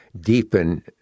deepen